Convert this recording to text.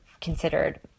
considered